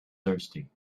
thirsty